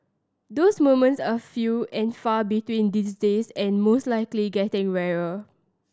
those moments are few and far between these days and most likely getting rarer